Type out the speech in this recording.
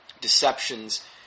deceptions